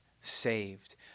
saved